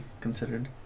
considered